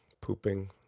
pooping